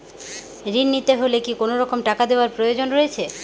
ঋণ নিতে হলে কি কোনরকম টাকা দেওয়ার প্রয়োজন রয়েছে?